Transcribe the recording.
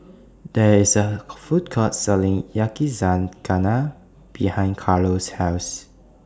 There IS A Food Court Selling Yakizakana behind Carlo's House